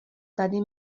tady